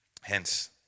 hence